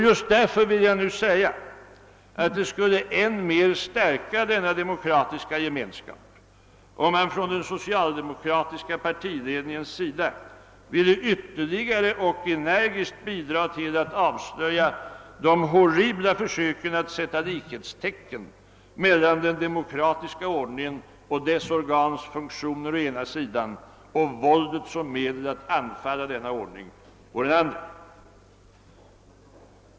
Just därför vill jag nu säga att det skulle än mer stärka denna demokratiska gemenskap om den socialdemokratiska partiledningen ville ytterligare och energiskt bidra till att avslöja de horribla försöken att sätta likhetstec ken mellan den demokratiska ordningen och dess organs funktioner å ena sidan och våldet som medel att angripa denna ordning å den andra.